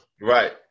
Right